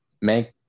make